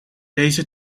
deze